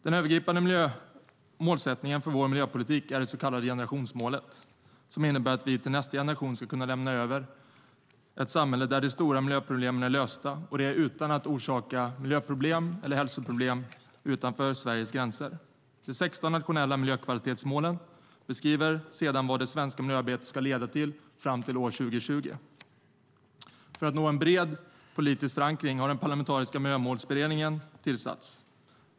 Den övergripande målsättningen för vår miljöpolitik är det så kallade generationsmålet, som innebär att vi till nästa generation ska kunna lämna över ett samhälle där de stora miljöproblemen är lösta, och det utan att orsaka miljöproblem eller hälsoproblem utanför Sveriges gränser. De 16 nationella miljökvalitetsmålen beskriver sedan vad det svenska miljöarbetet ska leda till fram till år 2020. För att nå en bred politisk förankring har den parlamentariska Miljömålsberedningen tillsatts.